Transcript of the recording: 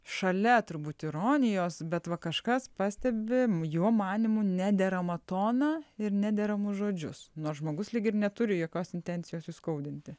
šalia turbūt ironijos bet va kažkas pastebi jo manymu nederamą toną ir nederamus žodžius nors žmogus lyg ir neturi jokios intencijos įskaudinti